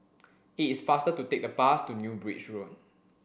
it's faster to take the bus to New Bridge Road